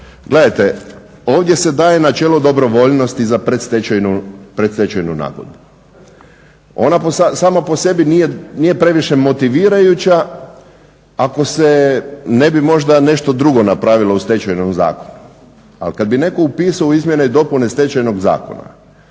Gledajte, ovdje se daje načelo dobrovoljnosti za predstečajnu nagodbu. Ona sama po sebi nije previše motivirajuća. Ako se ne bi možda nešto drugo napravilo u stečajnom zakonu, ali kad bi netko upisao u izmjene i dopune stečajnog zakona